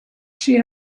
she